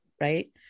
right